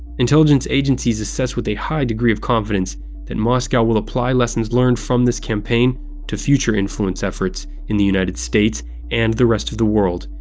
intelligence agencies assess with a high degree of confidence that moscow will apply lessons learned from this campaign to future influence efforts in the united states and the rest of the world,